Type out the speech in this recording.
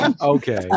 Okay